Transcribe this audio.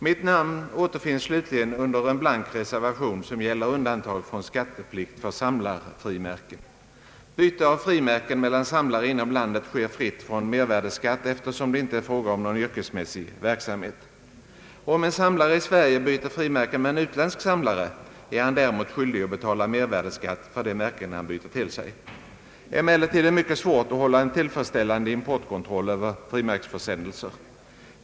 Mitt namn återfinns slutligen under en blank reservation, som gäller undantag från skatteplikt för samlarfri märken. Byte av frimärken mellan samlare inom landet sker fritt från mervärdeskatt, eftersom det inte är fråga om någon yrkesmässig verksamhet. Om en samlare i Sverige byter frimärken med en utländsk samlare är han däremot skyldig att betala mervärdeskatt för de märken han byter till sig. Emellertid är det mycket svårt att hålla en tillfredsställande importkontroll över frimärksförsändelser.